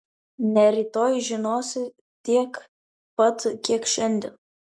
ne rytoj žinosi tiek pat kiek šiandien